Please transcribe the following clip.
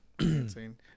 Insane